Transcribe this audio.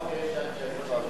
לפחות יש לנו אנשי מקצוע טובים.